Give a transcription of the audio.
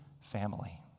family